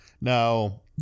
Now